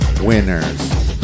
winners